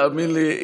תאמין לי,